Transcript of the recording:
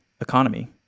economy